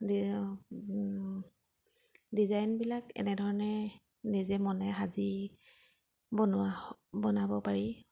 ডিজাইনবিলাক এনেধৰণে নিজে মনে সাজি বনোৱা বনাব পাৰি